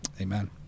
Amen